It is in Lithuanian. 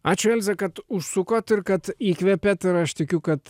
ačiū elze kad užsukot ir kad įkvepėt ir aš tikiu kad